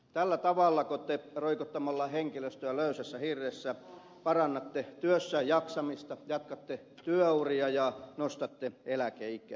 tällä tavallako te roikottamalla henkilöstöä löysässä hirressä parannatte työssäjaksamista jatkatte työuria ja nostatte eläkeikää